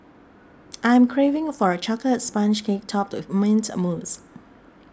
I'm craving for a Chocolate Sponge Cake Topped with Mint Mousse